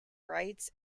rights